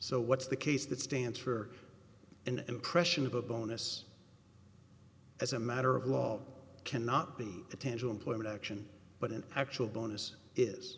so what's the case that stands for an impression of a bonus as a matter of law cannot be potential employment action but an actual bonus is